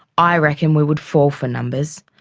i reckon we would fall for numbers,